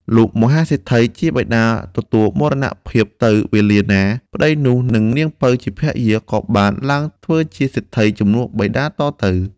លុះមហាសេដ្ឋីជាបិតាទទួលមរណភាពទៅវេលាណា ប្ដីនោះនិងនាងពៅជាភរិយា ក៏បានឡើងធ្វើជាសេដ្ឋីជំនួសបិតាតទៅ។